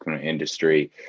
industry